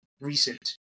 recent